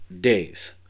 days